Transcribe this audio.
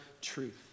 truth